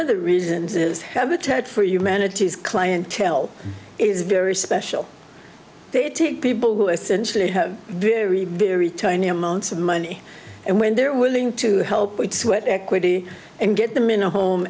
of the reasons is habitat for humanity is clientele is very special they take people who essentially have very very tiny amounts of money and when they're willing to help with sweat equity and get them in a home